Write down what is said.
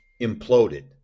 imploded